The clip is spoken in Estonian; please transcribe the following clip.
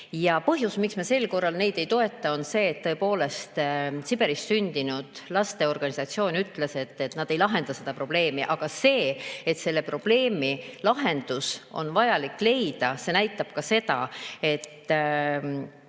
Ja põhjus, miks me sel korral neid ettepanekuid ei toeta, on see, et tõepoolest Siberis sündinud laste organisatsioon ütles, et need ei lahenda seda probleemi. Aga selle probleemi lahendus on vaja leida. Seda näitab ka see, et